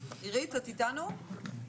את איתנו.